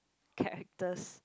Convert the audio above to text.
characters